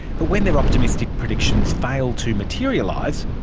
but when their optimistic predictions failed to materialise,